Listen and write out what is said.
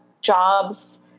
jobs